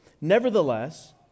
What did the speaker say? Nevertheless